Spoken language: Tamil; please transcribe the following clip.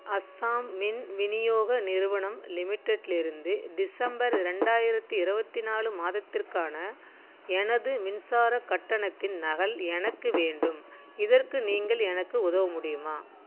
அசாம் மின் விநியோக நிறுவனம் லிமிடெட்லிருந்து டிசம்பர் ரெண்டாயிரத்தி இருவத்தி நாலு மாதத்திற்கான எனது மின்சார கட்டணத்தின் நகல் எனக்கு வேண்டும் இதற்கு நீங்கள் எனக்கு உதவ முடியுமா